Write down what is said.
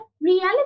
reality